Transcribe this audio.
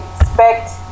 expect